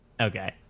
Okay